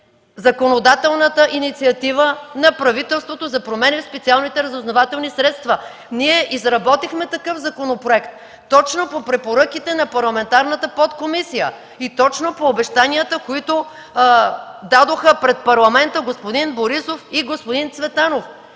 законодателната инициатива на правителството за промени в специалните разузнавателни средства. Ние изработихме такъв законопроект, точно по препоръките на парламентарната подкомисия и по обещанията, които дадоха пред Парламента господин Борисов и господин Цветанов.